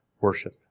worship